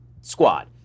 squad